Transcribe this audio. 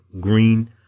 green